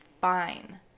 Fine